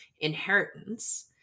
inheritance